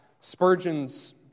Spurgeon's